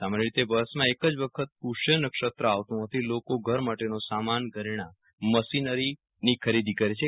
સામાન્ય રીતે વર્ષમાં એક જ વખત પુષ્ય નક્ષત્ર આવતું હોવાથી લોકો ઘર માટે નવો સામાન ધરેણાં મશીનરી વહીખાતાની ખરીદી કરે છે